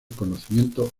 conocimiento